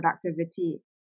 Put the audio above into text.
productivity